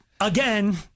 again